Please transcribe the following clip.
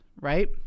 right